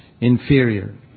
inferior